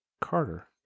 Carter